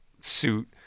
suit